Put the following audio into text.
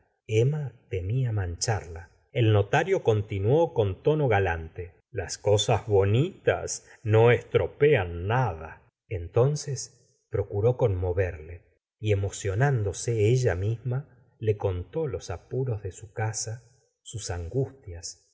emma temía mancharla el notario continuó con tono galante las cosas bonitas no etropean nada entonces procuró conmoverle y emocionándose ella misma le contó los apuros de su casa sus angustias